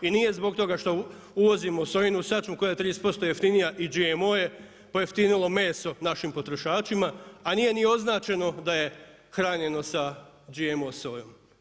I nije zbog toga što uvozimo sojinu sačmu koja je 30% jeftinija i GMO je, pojeftinilo meso našim potrošačima a nije ni označeno da je hranjeno sa GMO sojom.